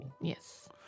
Yes